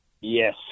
Yes